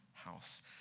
house